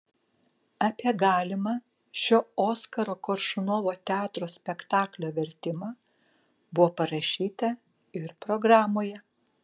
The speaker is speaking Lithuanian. apie galimą šio oskaro koršunovo teatro spektaklio vertimą buvo parašyta ir programoje